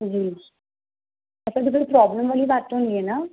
जी मतलब तो कोई प्रॉब्लम वाली बात तो नहीं है न